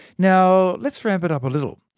now, let's ramp it up a little.